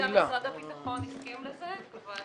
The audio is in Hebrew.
למיטב זיכרוני גם משרד הביטחון הסכים לזה, אבל